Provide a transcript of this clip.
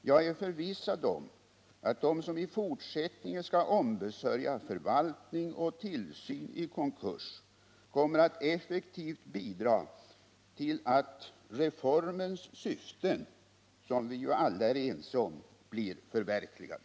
Jag är förvissad om att de som i fortsättningen skall ombesörja förvaltning och tillsyn i konkurs kommer att effektivt bidra till att reformens syften, som vi ju alla är ense om, blir förverkligade.